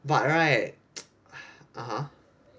but right (uh huh)